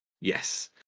Yes